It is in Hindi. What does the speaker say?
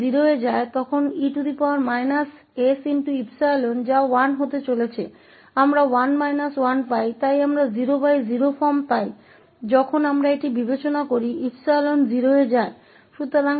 इसलिए यहां इससे निपटने के लिए जब 𝜖 0 पर जाता है तो e s𝜖 जो कि 1 होने वाला है हमें 1 1 मिलता है इसलिए हम हैं 00 फॉर्म प्राप्त करना जब हम इस पर विचार करते हैं तो 𝜖 0 पर जाता है